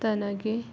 ತನಗೆ